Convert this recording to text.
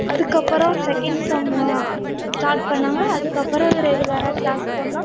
அதுக்கப்புறம் second sem start பண்ணிணாங்க அதுக்கப்புறம் ரெகுலராக கிளாஸ் போனோம்